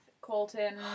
Colton